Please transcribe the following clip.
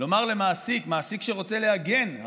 לומר למעסיק שרוצה להגן,